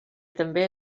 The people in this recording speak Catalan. també